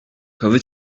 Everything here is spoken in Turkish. kazı